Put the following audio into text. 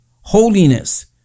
holiness